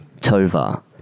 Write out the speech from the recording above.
Tovar